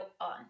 on